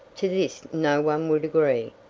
to this no one would agree,